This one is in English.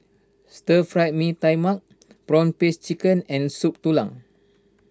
Stir Fry Mee Tai Mak Prawn Paste Chicken and Soup Tulang